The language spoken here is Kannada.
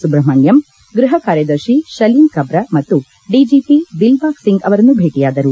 ಸುಬ್ರಹ್ನಣ್ಣಂ ಗೃಹ ಕಾರ್ಯದರ್ಶಿ ಶಲೀನ್ ಕಬ್ರ ಮತ್ತು ಡಿಜೆಪಿ ದಿಲ್ಬಾಗ್ ಸಿಂಗ್ ಅವರನ್ನು ಭೇಟಿಯಾದರು